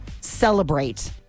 celebrate